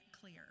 clear